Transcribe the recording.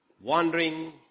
wandering